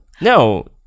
no